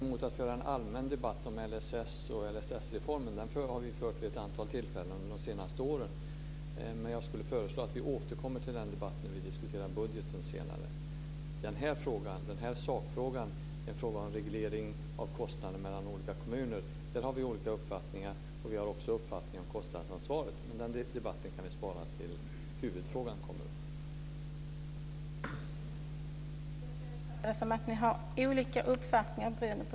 Fru talman! Jag har ingenting emot att föra en allmän debatt om LSS och LSS-reformen. Den har vi fört vid ett antal tillfällen de senaste åren. Men jag skulle föreslå att vi återkommer till den debatten när vi senare diskuterar budgeten. I den här sakfrågan, om regleringen av kostnader mellan olika kommuner, har vi olika uppfattningar. Vi har också uppfattningar om kostnadsansvaret. Men den debatten kan vi spara tills huvudfrågan kommer upp.